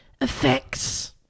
effects